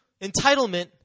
entitlement